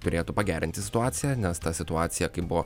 turėtų pagerinti situaciją nes tą situaciją kai buvo